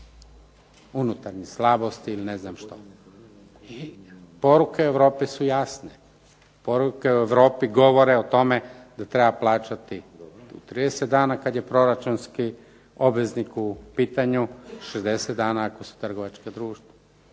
unutarnja slabost ili ne znam što. I poruke Europi su jasne. Poruke u Europi govore o tome da treba plaćati do 30 dana kad je proračunski obveznik u pitanju, 60 dana ako su trgovačka društva.